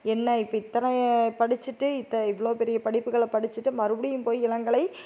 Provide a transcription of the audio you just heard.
என்ன இப்போ இத்தனையை படிச்சிகிட்டு இத்த இவ்வளோ பெரிய படிப்புகளை படிச்சிவிட்டு மறுபடியும் போய் இளங்கலை